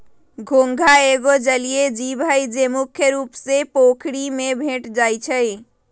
घोंघा एगो जलिये जीव हइ, जे मुख्य रुप से पोखरि में भेंट जाइ छै